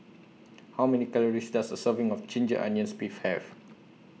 How Many Calories Does A Serving of Ginger Onions Beef Have